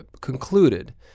concluded